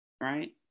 Right